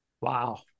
Wow